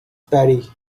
paddy